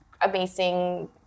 amazing